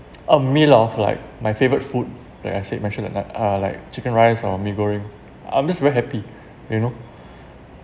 a meal of like my favourite food like I said mentioned that night uh like chicken rice or mee goreng I'm just very happy you know